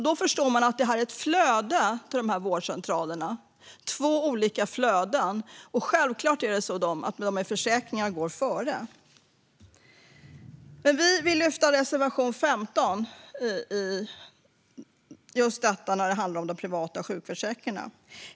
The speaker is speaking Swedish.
Då förstår man ju att det finns två olika flöden till de här vårdcentralerna och att det självklart är så att de med försäkringar går före. Vi vill lyfta reservation 15 när det gäller de privata sjukförsäkringarna.